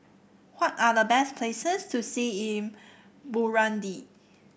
what are the best places to see in Burundi